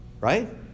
Right